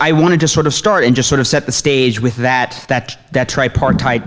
i wanted to sort of start and just sort of set the stage with that that that t